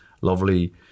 lovely